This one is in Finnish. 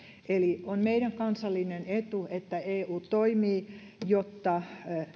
eli on meidän kansallinen etumme että eu toimii jotta